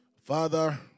father